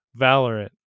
Valorant